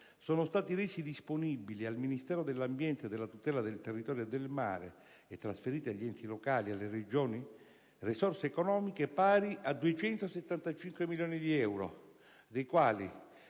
sono stati resi disponibili ai Ministero dell'ambiente e della tutela del territorio e del mare, e trasferite agli enti locali e alle Regioni, risorse economiche pari a 275 milioni di euro, dei quali